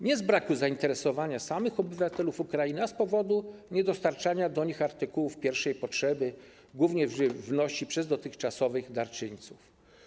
Nie z braku zainteresowania samych obywateli Ukrainy, a z powodu niedostarczania do nich artykułów pierwszej potrzeby, głównie żywności, przez dotychczasowych darczyńców.